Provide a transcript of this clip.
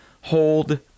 hold